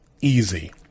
easy